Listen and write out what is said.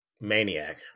Maniac